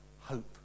hope